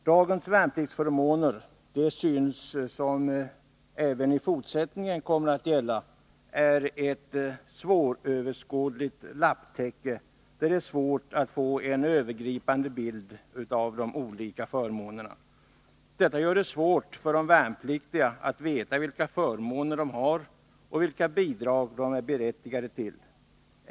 Dagens värnpliktsförmåner — det system som även i fortsättningen kommer att gälla — är ett svåröverskådligt lapptäcke, där det är svårt att få en övergripande bild av de olika förmånerna. Detta gör det svårt för de värnpliktiga att veta vilka förmåner de har och vilka bidrag de är berättigade till.